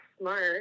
Smart